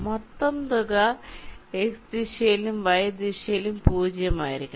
മൊത്തം തുക x ദിശയിലും y ദിശയിലും 0 ആയിരിക്കണം